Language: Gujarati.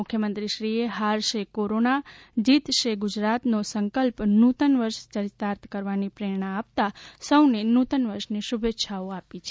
મુખ્યમંત્રીશ્રીએ હારશે કોરોના જિતશે ગુજરાતનો સંકલ્પ નૂતન વર્ષ યરિતાર્થ કરવાની પ્રેરણા આપતાં સૌને નૂતનવર્ષની શુભેચ્છાઓ આપી છે